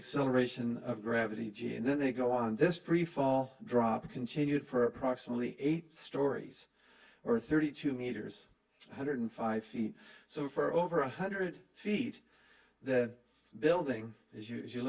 acceleration of gravity g and then they go on this pretty fall drop continued for approximately eight stories or thirty two meters one hundred five feet so for over one hundred feet that building as you